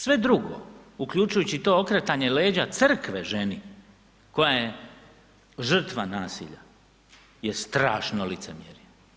Sve drugo uključujući to okretanje leđa crkve ženi koja je žrtva nasilja je strašno licemjerje.